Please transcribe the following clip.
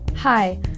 Hi